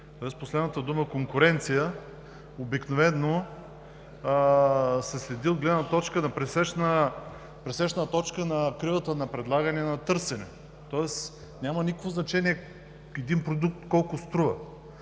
тоест последната дума „конкуренция“ обикновено се следи от гледна точка на пресечена точка на кривата на предлагане и на търсене, тоест няма никакво значение един продукт колко струва.